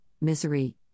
misery